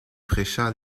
prêcha